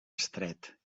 estret